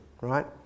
right